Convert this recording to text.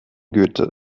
goethe